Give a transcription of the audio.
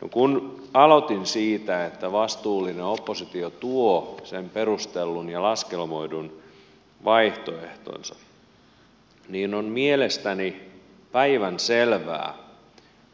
no kun aloitin siitä että vastuullinen oppositio tuo sen perustellun ja laskelmoidun vaihtoehtonsa niin on mielestäni päivänselvää